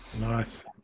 Nice